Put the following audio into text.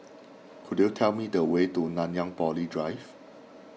could you tell me the way to Nanyang Poly Drive